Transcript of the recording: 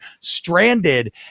stranded